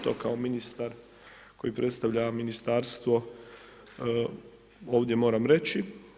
To kao ministar koji predstavlja ministarstvo ovdje moram reći.